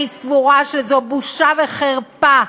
אני סבורה שזו בושה וחרפה,